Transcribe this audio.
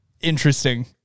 interesting